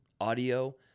audio